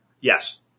Yes